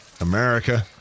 America